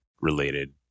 related